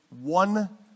one